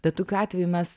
bet tokiu atveju mes